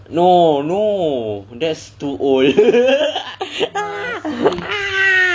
no no that's too old